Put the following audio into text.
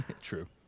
True